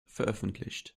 veröffentlicht